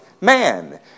man